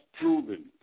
proven